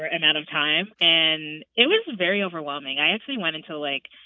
ah amount of time. and it was very overwhelming. i actually went into, like,